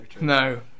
no